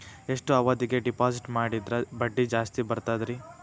ಎಷ್ಟು ಅವಧಿಗೆ ಡಿಪಾಜಿಟ್ ಮಾಡಿದ್ರ ಬಡ್ಡಿ ಜಾಸ್ತಿ ಬರ್ತದ್ರಿ?